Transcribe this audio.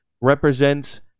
represents